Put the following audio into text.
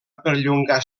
perllongar